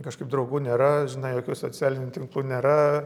kažkaip draugų nėra jokių socialinių tinklų nėra